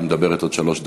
היא מדברת עוד שלוש דקות.